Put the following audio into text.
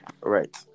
Right